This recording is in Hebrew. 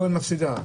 הפועל מפסידה.